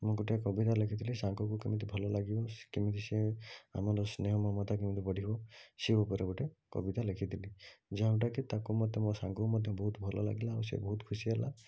ମୁଁ ଗୋଟେ କବିତା ଲେଖିଥିଲି ସାଙ୍ଗକୁ କେମିତି ଭଲ ଲାଗିବ ସେ କେମିତି ସେ ଆମର ସ୍ନେହ ମମତା କେମିତି ବଢ଼ିବ ସେ ଉପରେ ଗୋଟେ କବିତା ଲେଖିଥିଲି ଯେଉଁଟାକି ତାକୁ ମୋତେ ମୋ ସାଙ୍ଗକୁ ମଧ୍ୟ ବହୁତ ଭଲ ଲାଗିଲା ଆଉ ସେ ବହୁତ ଖୁସି ହେଲା